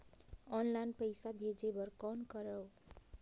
Online पईसा भेजे बर कौन करव?